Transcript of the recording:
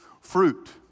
fruit